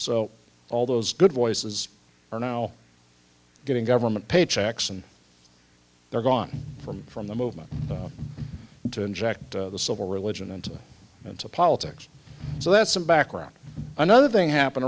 so all those good voices are now getting government paychecks and they're gone from from the movement to inject the civil religion into into politics so that some background another thing happen